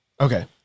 Okay